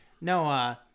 No